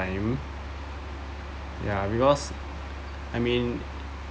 time ya because I mean